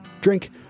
Drink